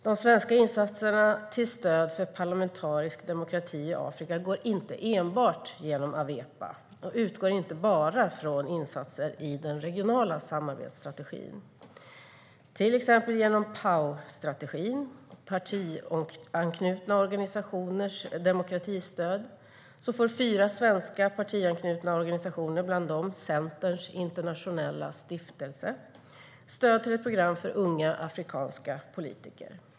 De svenska insatserna till stöd för parlamentarisk demokrati i Afrika går inte enbart genom Awepa och utgår inte bara från insatser i den regionala samarbetsstrategin. Exempelvis genom PAO-strategin, partianknutna organisationers demokratistöd, får fyra svenska partianknutna organisationer, bland dem Centerpartiets Internationella stiftelse, stöd till ett program för unga afrikanska politiker.